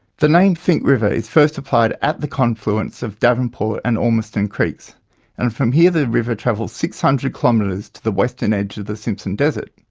the name finke river is first applied at the confluence of davenport and ormiston creeks and from here the river travels six hundred km to the western edge of the simpson desert.